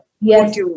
Yes